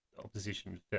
Opposition